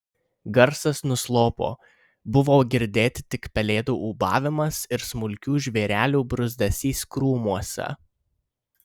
garsas nuslopo buvo girdėti tik pelėdų ūbavimas ir smulkių žvėrelių bruzdesys krūmuose